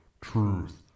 Truth